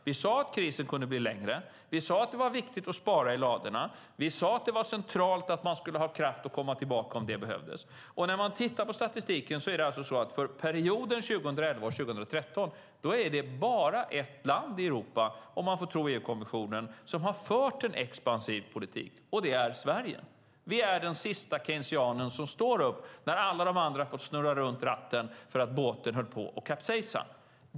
Vi sade att krisen kunde bli längre, att det var viktigt att spara i ladorna och att det var centralt att ha kraft att komma tillbaka om det skulle behövas. När man tittar på statistiken för perioden 2011-2013 är det, om man får tro EU-kommissionen, bara ett land i Europa som har fört en expansiv politik. Det är Sverige. Vi är den sista keynesianen som står upp när alla de andra har fått vrida om ratten för att båten höll på att kapsejsa.